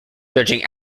judging